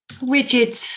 rigid